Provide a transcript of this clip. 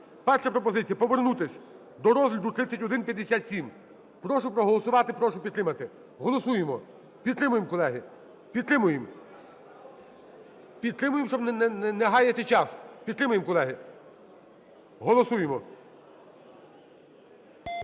Перша пропозиція: повернутись до розгляду 3157. Прошу проголосувати, прошу підтримати. Голосуємо. Підтримуємо, колеги. підтримуємо! Підтримуємо, щоб не гаяти час. Підтримаємо, колеги. Голосуємо.